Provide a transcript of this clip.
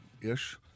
Ish